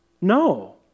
No